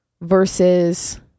versus